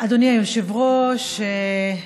אדוני היושב-ראש,